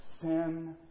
sin